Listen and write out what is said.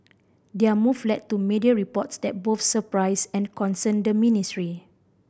their move led to media reports that both surprised and concerned the ministry